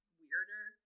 weirder